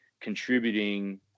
contributing